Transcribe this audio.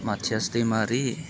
Mathias Daimary